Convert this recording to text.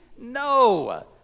No